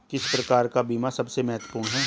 किस प्रकार का बीमा सबसे महत्वपूर्ण है?